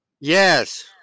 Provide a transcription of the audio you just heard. Yes